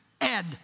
Ed